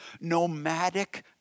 nomadic